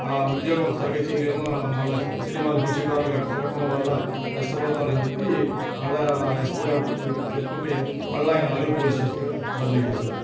ఆ ఉద్యోగం సరిగ్గా చేయలేను మళ్ళా సినిమాలకి షికారులకి అట్ట తిరగటం వల్ల నష్టపోతానని చెప్పి మళ్ళ ఎస్పీ గారికి చెప్పుకుంటే మరల ఆయన అల్లూరు పోలీస్ స్టేషన్కి బదిలీ చేశారు